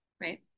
right